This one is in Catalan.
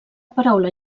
paraula